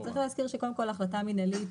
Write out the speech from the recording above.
צריך להזכיר שקודם כל ההחלטה המנהלית,